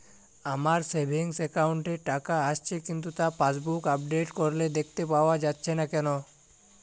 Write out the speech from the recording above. আমার savings account এ টাকা আসছে কিন্তু তা পাসবুক আপডেট করলে দেখতে পাওয়া যাচ্ছে না কেন?